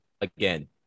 again